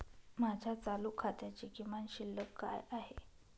माझ्या चालू खात्याची किमान शिल्लक काय आहे?